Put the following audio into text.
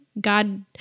God